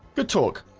good talk,